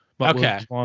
Okay